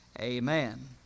Amen